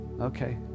okay